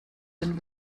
den